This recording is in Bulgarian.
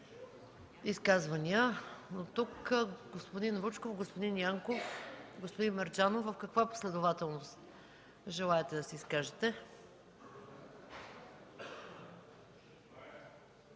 заявили желание господин Вучков, господин Янков и господин Мерджанов. В каква последователност желаете да се изкажете?